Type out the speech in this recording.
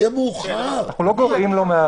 אנחנו לא גורעים לו.